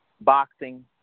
boxing